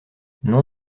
non